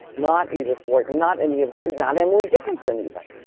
not edith wharton, not any of, not emily dickinson even.